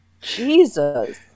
Jesus